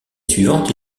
suivante